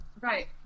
Right